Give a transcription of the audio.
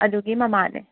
ꯑꯗꯨꯒꯤ ꯃꯃꯥꯅꯦ